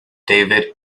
david